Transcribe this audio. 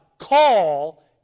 call